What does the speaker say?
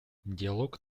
диалог